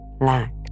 lacked